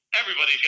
everybody's